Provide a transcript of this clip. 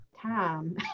time